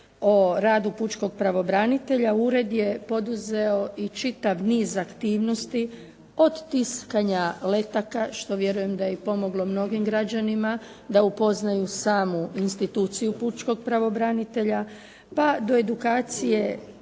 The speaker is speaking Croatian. o radu pučkog pravobranitelja Ured je poduzeo i čitav niz aktivnosti od tiskanja letaka što vjerujem da je pomoglo i mnogim građanima da upoznaju samu instituciju pučkog pravobranitelja pa do edukacije